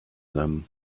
them